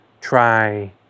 try